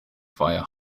via